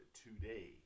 today